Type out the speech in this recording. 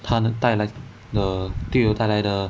他能带来的对我带来的